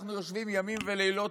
כשאנחנו יושבים ימים ולילות,